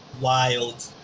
wild